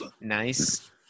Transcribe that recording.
nice